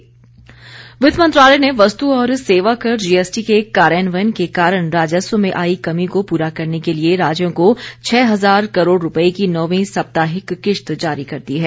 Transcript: GST किश्त वित्त मंत्रालय ने वस्तु और सेवा कर जीएसटी के कार्यान्वयन के कारण राजस्व में आई कमी को पूरा करने के लिए राज्यों को छह हजार करोड़ रुपए की नौवीं साप्ताहिक किश्त जारी कर दी है